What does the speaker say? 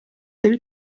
del